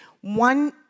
One